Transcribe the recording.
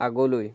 আগলৈ